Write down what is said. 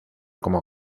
como